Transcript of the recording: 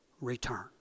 return